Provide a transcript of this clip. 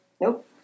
Nope